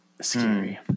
scary